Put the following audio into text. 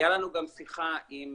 הייתה לנו גם שיחה עם